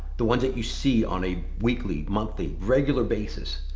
the ones that you see on a weekly, monthly, regular basis,